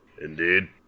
Indeed